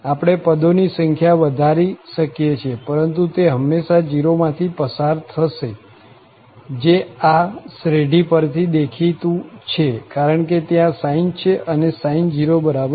આપણે પદો ની સંખ્યા વધારી શકીએ છીએ પરંતુ તે હંમેશા 0 માંથી પસાર થશે જે આ શ્રેઢી પર થી દેખીતું છે કારણ કે ત્યાં sine છે અને sin 0 0